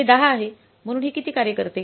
हे 10 आहे म्हणून हे किती कार्य करते